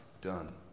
done